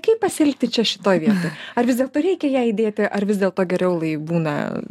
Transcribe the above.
kaip pasielgti čia šitoj vietoj ar vis dėlto reikia ją įdėti ar vis dėl to geriau lai būna